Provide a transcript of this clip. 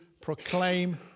proclaim